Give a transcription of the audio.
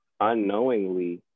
Unknowingly